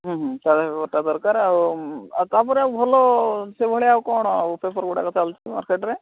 ହୁଁ ହୁଁ ତାଜା ପେପରଟା ଦରକାର ଆଉ ଆଉ ତା'ପରେ ଆଉ ଭଲ ସେଇଭଳିଆ କ'ଣ ଆଉ ପେପର୍ ଗୁଡ଼ାକ ତ ଚାଲିଛି ମାର୍କେଟରେ